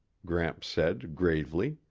gramps said gravely.